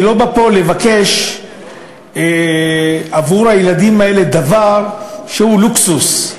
אני לא בא לבקש פה עבור הילדים האלה דבר שהוא לוקסוס,